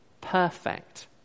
perfect